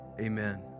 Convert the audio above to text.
amen